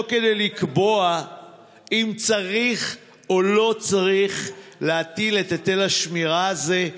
לא כדי לקבוע אם צריך או לא צריך להטיל את היטל השמירה הזה,